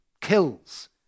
kills